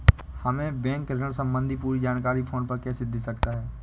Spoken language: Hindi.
हमें बैंक ऋण संबंधी पूरी जानकारी फोन पर कैसे दे सकता है?